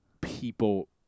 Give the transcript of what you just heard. people